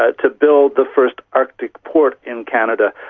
ah to build the first arctic port in canada,